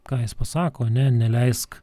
ką jis pasako ne neleisk